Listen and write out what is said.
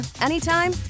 anytime